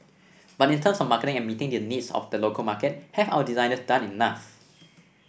but in terms of marketing and meeting the needs of the local market have our designers done enough